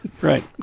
Right